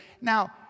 Now